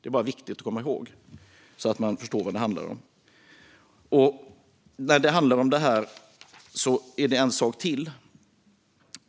Det här är viktigt att komma ihåg så att man förstår vad det handlar om. Dessutom ska man